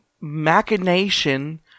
machination